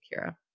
Kira